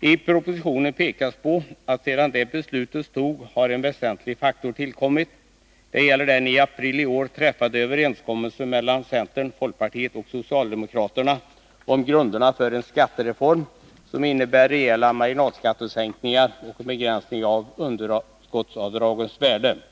I propositionen pekas på att sedan det beslutet togs har en väsentlig faktor tillkommit. Det gäller den i april i år träffade överenskommelsen mellan centern, folkpartiet och socialdemokraterna om grunderna för en skattereform som innebär rejäla marginalskattesänkningar och en begränsning av underskottsavdragens Nr 49 värde. Torsdagen den